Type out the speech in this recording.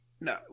No